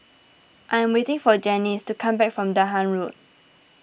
I'm waiting for Janyce to come back from Dahan Road